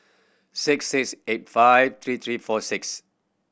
six six eight five three three four six